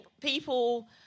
people